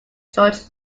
george